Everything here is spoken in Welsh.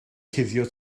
cuddio